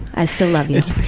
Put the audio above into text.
i still love you.